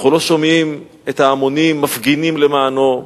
אנחנו לא שומעים את ההמונים מפגינים למענו,